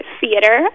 theater